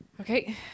Okay